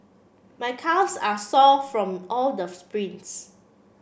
my calves are sore from all the sprints